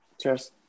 Cheers